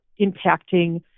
impacting